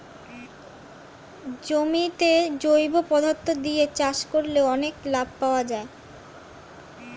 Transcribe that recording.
জমিতে জৈব পদার্থ দিয়ে চাষ করলে অনেক লাভ হয়